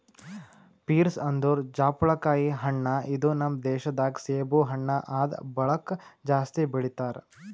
pears ಅಂದುರ್ ಜಾಪುಳಕಾಯಿ ಹಣ್ಣ ಇದು ನಮ್ ದೇಶ ದಾಗ್ ಸೇಬು ಹಣ್ಣ ಆದ್ ಬಳಕ್ ಜಾಸ್ತಿ ಬೆಳಿತಾರ್